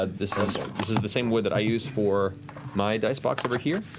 ah this ah sort of this is the same wood that i use for my dice box over here.